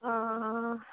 आं